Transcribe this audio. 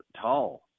tall